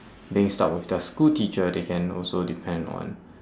being stuck with their school teacher they can also depend on